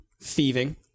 thieving